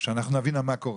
שאנחנו נבין מה קורה.